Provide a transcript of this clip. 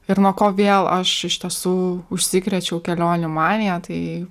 ir nuo ko vėl aš iš tiesų užsikrėčiau kelionių manija tai